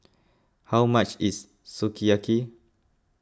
how much is Sukiyaki